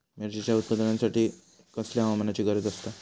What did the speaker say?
मिरचीच्या उत्पादनासाठी कसल्या हवामानाची गरज आसता?